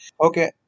Okay